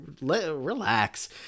relax